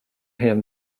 him